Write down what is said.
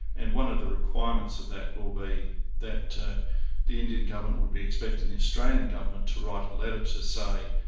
and one of the requirements of that will be that the indian government would be expecting the australian government to write a letter to say,